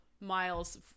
Miles